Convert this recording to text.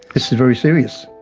this is very serious.